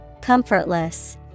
Comfortless